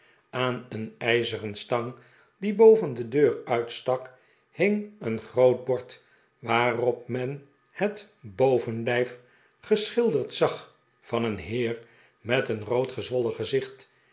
aan een ijzeren stang die boven de deur uitstak hing een groot bord waarop men het bovenlijf geschilderd zag van een heer met een rood gezwollen gezicht